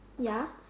ya